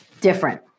different